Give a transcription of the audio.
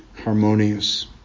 harmonious